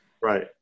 Right